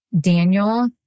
Daniel